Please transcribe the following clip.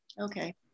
Okay